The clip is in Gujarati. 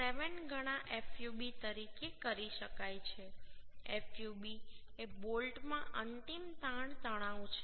7 ગણા fub તરીકે કરી શકાય છે fub એ બોલ્ટમાં અંતિમ તાણ તણાવ છે